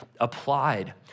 applied